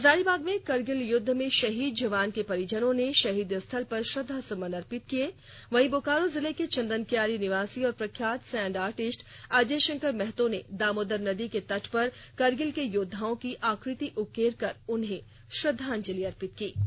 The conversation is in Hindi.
हजारीबाग में कारगिल युद्ध में शहीद जवान के परिजनों ने शहीद स्थल पर श्रद्धा सुमन अर्पित किए बोकारो जिले के चेदनक्यारी निवासी और प्रख्यात सैंड आर्टिस्ट अजय शंकर महतो ने दामोदर नदी के तट पर कारगिल के योद्दाओं की आकृति उकेरकर उन्हें श्रद्धांजलि अर्पित की